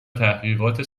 تحقیقات